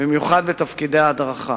במיוחד בתפקידי הדרכה.